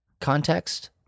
context